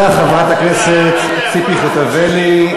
תודה, חברת הכנסת ציפי חוטובלי.